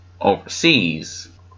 overseas